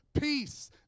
Peace